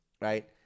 Right